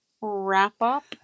wrap-up